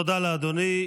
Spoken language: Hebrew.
תודה לאדוני.